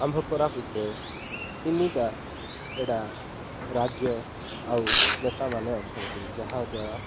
ଆମ୍ଭ କୋରାପୁଟରେ ତିନିଟା ଏଇଟା ରାଜ୍ୟ ଆଉ ନେତାମାନେ ଅଛନ୍ତି ଯାହାଦ୍ୱାରା